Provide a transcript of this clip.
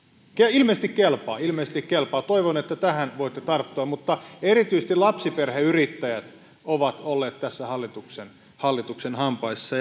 ilmeisesti kelpaa ilmeisesti kelpaa toivon että tähän voitte tarttua erityisesti lapsiperheyrittäjät ovat olleet hallituksen hallituksen hampaissa